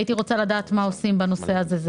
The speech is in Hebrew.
הייתי רוצה לדעת מה עושים בנושא הזה.